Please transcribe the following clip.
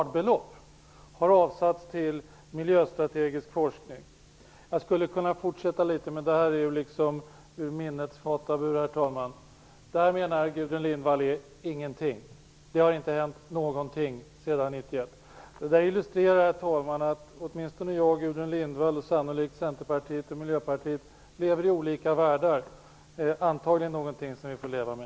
Det handlar om miljardbelopp. Jag skulle kunna fortsätta, men detta är ur minnets fatabur, herr talman. Gudrun Lindvall menar att allt detta är ingenting - att det inte har hänt någonting sedan 1991. Herr talman! Detta illustrerar att åtminstone jag och Gudrun Lindvall, och sannolikt även Centerpartiet och Miljöpartiet, lever i olika världar. Det är antagligen någonting som vi får leva med.